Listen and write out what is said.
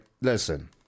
Listen